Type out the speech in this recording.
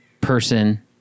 person